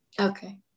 okay